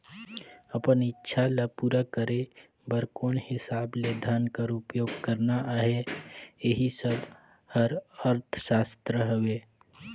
अपन इक्छा ल पूरा करे बर कोन हिसाब ले धन कर उपयोग करना अहे एही सब हर अर्थसास्त्र हवे